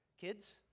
Kids